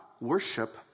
worship